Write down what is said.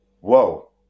whoa